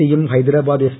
സിയും ഹൈദരാബാദ് എഫ്